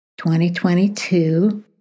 2022